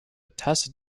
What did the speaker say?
tacit